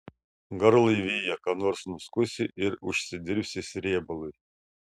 garlaivyje ką nors nuskusi ir užsidirbsi srėbalui